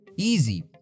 easy